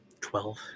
Twelve